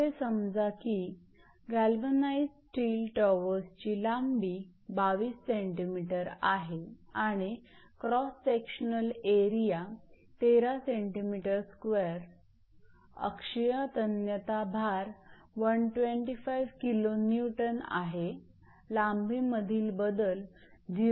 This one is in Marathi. असे समजा की गॅल्वनाइज्ड स्टील टॉवर्सची लांबी 22 𝑐𝑚 आहे आणि क्रॉस सेक्शनल एरिया 13 𝑐𝑚2 अक्षीय तन्यता भार 125 𝑘𝑁 आहेलांबीमधील बदल 0